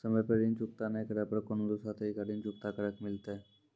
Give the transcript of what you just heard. समय पर ऋण चुकता नै करे पर कोनो दूसरा तरीका ऋण चुकता करे के मिलतै?